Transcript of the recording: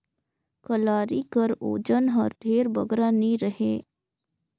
कलारी कर ओजन हर ढेर बगरा नी रहें